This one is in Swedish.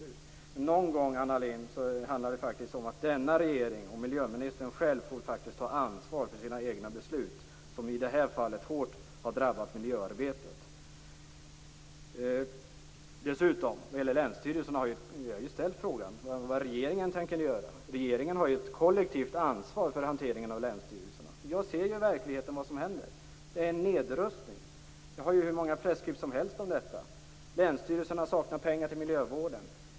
Men någon gång, Anna Lindh, handlar det faktiskt om att denna regering och miljöministern själv får ta ansvar för sina egna beslut, som i det här fallet hårt har drabbat miljöarbetet. Jag har ju ställt frågan vad regeringen tänker göra, för regeringen har ett kollektivt ansvar för hanteringen av länsstyrelserna. Jag ser vad som händer i verkligheten. Det är en nedrustning. Jag har hur många pressklipp som helst om detta. "Länsstyrelserna saknar pengar till miljövården.